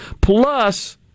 Plus